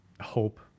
hope